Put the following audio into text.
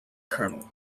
colonel